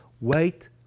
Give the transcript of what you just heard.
wait